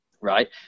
right